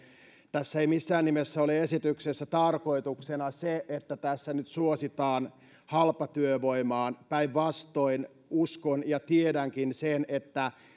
tässä ei missään nimessä ole esityksessä tarkoituksena että tässä nyt suositaan halpatyövoimaa päinvastoin uskon ja tiedänkin että